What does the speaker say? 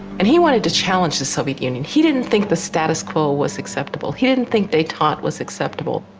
and he wanted to challenge the soviet union. he didn't think the status quo was acceptable. he didn't think detente was acceptable.